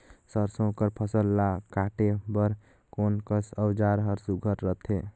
सरसो कर फसल ला काटे बर कोन कस औजार हर सुघ्घर रथे?